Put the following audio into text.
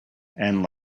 and